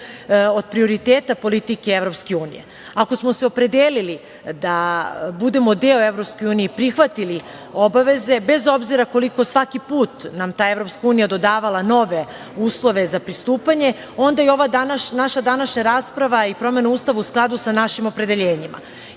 od prioriteta politike EU.Ako smo se opredelili da budemo EU i prihvatili obaveze, bez obzira koliko svaki put nam ta EU dodavala nove uslove za pristupanje, onda i ova naša današnja rasprava o promeni Ustava je u skladu sa našim opredeljenjima.